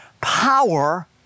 power